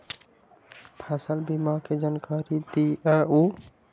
फसल बीमा के जानकारी दिअऊ?